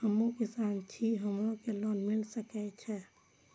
हमू किसान छी हमरो के लोन मिल सके छे?